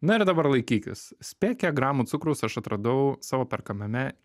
na ir dabar laikykis speke gramų cukraus aš atradau savo perkame